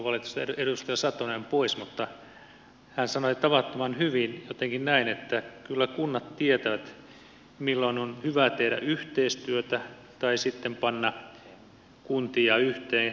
valitettavasti edustaja satonen on pois mutta hän sanoi tavattoman hyvin jotenkin näin että kyllä kunnat tietävät milloin on hyvä tehdä yhteistyötä tai sitten panna kuntia yhteen hynttyitä yhteen